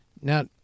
Now